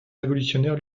révolutionnaire